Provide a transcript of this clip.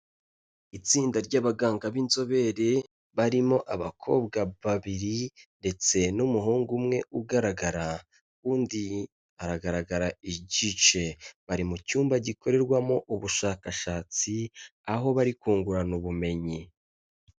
Itsinda ry'abaganga b'inzobere barimo abakobwa babiri ndetse n'umuhungu umwe ugaragara, undi aragaragara igice, bari mu cyumba gikorerwamo ubushakashatsi aho bari kungurana ubumenyi.